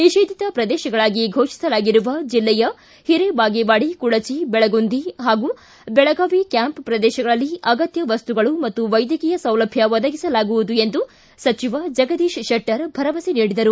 ನಿಷೇಧಿತ ಪ್ರದೇಶಗಳಾಗಿ ಘೋಷಿಸಲಾಗಿರುವ ಜಿಲ್ಲೆಯ ಹಿರೇಬಾಗೇವಾಡಿ ಕುಡಚಿ ದೆಳಗುಂದಿ ಹಾಗೂ ಬೆಳಗಾವಿ ಕ್ಯಾಂಪ್ ಪ್ರದೇಶಗಳಲ್ಲಿ ಅಗತ್ಯ ವಸ್ತುಗಳು ಮತ್ತು ವೈದ್ಯಕೀಯ ಸೌಲಭ್ಯ ಒದಗಿಸಲಾಗುವುದು ಎಂದು ಸಚಿವ ಜಗದೀಶ್ ಶೆಟ್ಟರ್ ಭರವಸೆ ನೀಡಿದರು